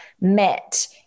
met